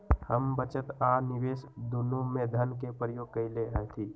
हम बचत आ निवेश दुन्नों में धन के प्रयोग कयले हती